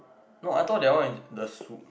no I thought that one with the soup